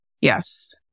Yes